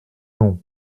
nom